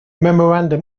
memorandum